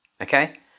Okay